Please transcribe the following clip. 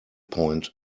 point